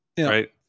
right